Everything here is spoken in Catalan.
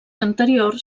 anteriors